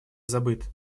забыт